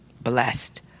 blessed